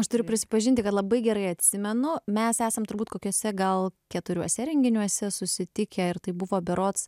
aš turiu prisipažinti kad labai gerai atsimenu mes esam turbūt kokiuose gal keturiuose renginiuose susitikę ir tai buvo berods